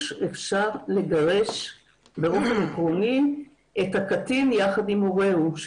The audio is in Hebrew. אפשר לגרש באופן עקרוני את הקטין ביחד עם הורהו,